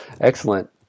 Excellent